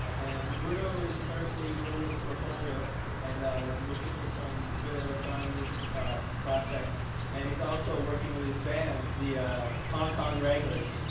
and bruno is currently building his portfolio and looking for some good electronic music prospects and he's also working with his band, the hong kong regulars.